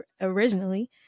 originally